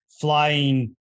flying